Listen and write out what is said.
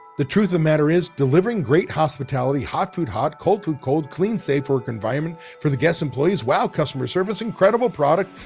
the truth of the matter is delivering great hospitality, hot food hot, cold food cold, clean, safe work environment for the guests employees, wow customer service, incredible product.